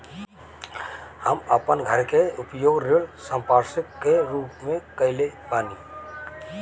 हम अपन घर के उपयोग ऋण संपार्श्विक के रूप में कईले बानी